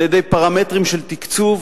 על-ידי פרמטרים של תקצוב,